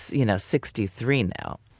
you know, sixty three now.